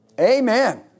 Amen